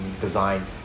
design